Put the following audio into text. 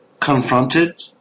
confronted